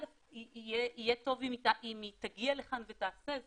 קודם כל יהיה טוב אם היא תגיע לכאן ותעשה זאת,